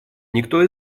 никто